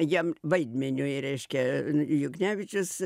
jiem vaidmeniui reiškia juknevičius